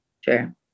Sure